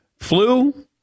Flu